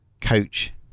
coach